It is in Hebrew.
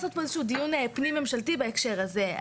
פנים ממשלתי בהקשר הזה.